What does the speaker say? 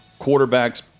quarterbacks